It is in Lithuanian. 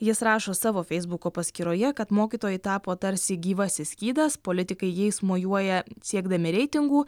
jis rašo savo feisbuko paskyroje kad mokytojai tapo tarsi gyvasis skydas politikai jais mojuoja siekdami reitingų